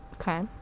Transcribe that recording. Okay